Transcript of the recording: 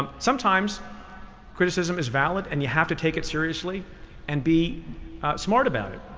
um sometimes criticism is valid and you have to take it seriously and be smart about it.